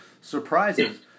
surprises